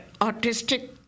autistic